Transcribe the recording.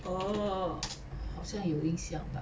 oh 好像有影响吧